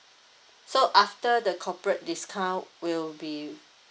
so after the corporate discount will be